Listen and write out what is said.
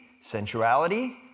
sensuality